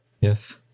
Yes